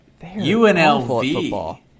UNLV